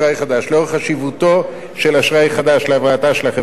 לאור חשיבותו של אשראי חדש להבראתה של החברה מסדירה